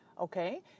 Okay